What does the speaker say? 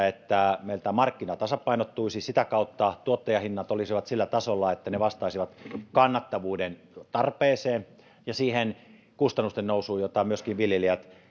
että meillä markkina tasapainottuisi ja sitä kautta tuottajahinnat olisivat sillä tasolla että ne vastaisivat kannattavuuden tarpeeseen ja siihen kustannusten nousuun jota myöskin viljelijät